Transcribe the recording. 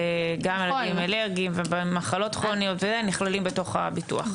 וגם אלרגים ומחלות כרוניות נכללים בתוך הביטוח.